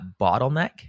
bottleneck